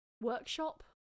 workshop